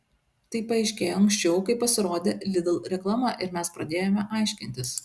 tai paaiškėjo anksčiau kai pasirodė lidl reklama ir mes pradėjome aiškintis